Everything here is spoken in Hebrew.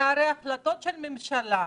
הרי אלה החלטות ממשלה,